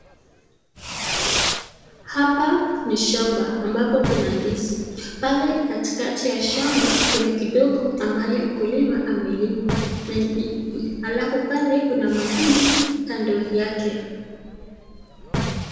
Hapa ni shamba, ambapo kuna ndizi. Pale katikati ya shamba kuna kindogo ambaye mkulima amelima ,alafu pale kuna mahindi kando yake.